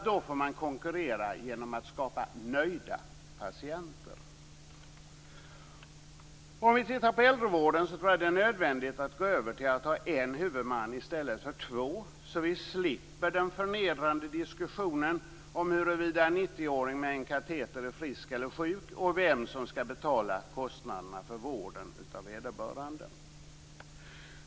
Då får man konkurrera genom att skapa nöjda patienter. I fråga om äldrevården är det nog nödvändigt att gå över till att ha en huvudman i stället för två, så vi slipper den förnedrande diskussionen om huruvida en 90-åring med en kateter är frisk eller sjuk och om vem som skall betala för vården av vederbörande.